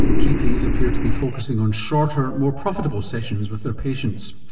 gps appear to be focussing on shorter, more profitable sessions with their patients.